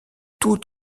tout